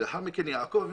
לאחר מכן יעקב,